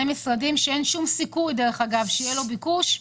משרדים שאין שום סיכוי שיהיה להם ביקוש.